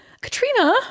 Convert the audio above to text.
Katrina